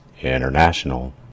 International